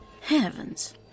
Heavens